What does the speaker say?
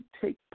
take